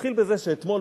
נתחיל בזה שאתמול,